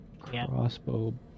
Crossbow